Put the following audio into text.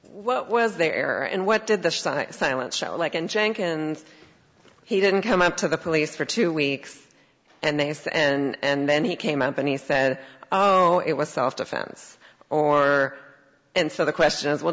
what was there and what did the silence show like and jenkins he didn't come up to the police for two weeks and they said and then he came up and he said it was self defense or and so the question is well